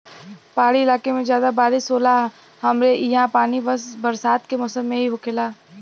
पहाड़ी इलाके में जादा बारिस होला हमरे ईहा पानी बस बरसात के मौसम में ही होखेला